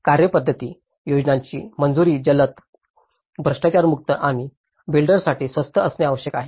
कार्यपद्धती योजनेची मंजुरी जलद भ्रष्टाचारमुक्त आणि बिल्डरसाठी स्वस्त असणे आवश्यक आहे